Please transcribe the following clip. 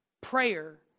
prayer